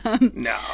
No